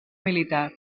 militar